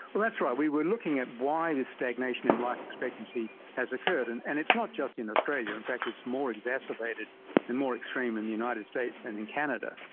that's right, we were looking at why this stagnation in life expectancy has occurred, and and it's not just in australia, in fact it's more exacerbated and more extreme in the united states and in canada,